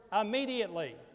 Immediately